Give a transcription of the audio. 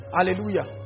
Hallelujah